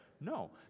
no